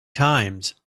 times